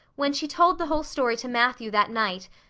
when she told the whole story to matthew that night,